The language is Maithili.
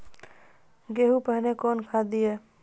गेहूँ पहने कौन खाद दिए?